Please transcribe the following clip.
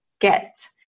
get